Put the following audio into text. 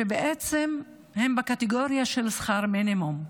שבעצם הם בקטגוריה של שכר מינימום,